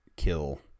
kill